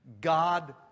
god